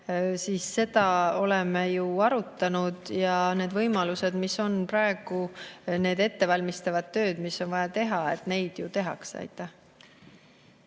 jah, me oleme seda arutanud, ja need võimalused, mis on praegu, need ettevalmistavad tööd, mis on vaja teha, neid ju tehakse.